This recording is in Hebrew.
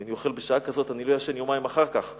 אם אני אוכל בשעה כזאת אני לא ישן יומיים אחר כך.